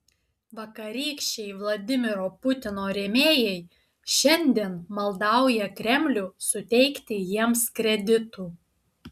vakarykščiai vladimiro putino rėmėjai šiandien maldauja kremlių suteikti jiems kreditų